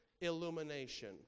illumination